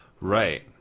right